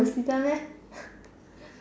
difficult meh